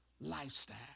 lifestyle